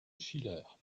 schiller